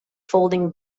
folding